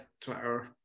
Twitter